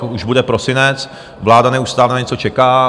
Už bude prosinec, vláda neustále na něco čeká.